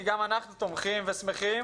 כי גם אנחנו תומכים ושמחים